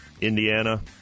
Indiana